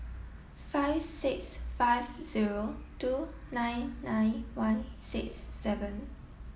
five six five zero two nine nine one six seven